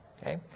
Okay